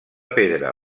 pedra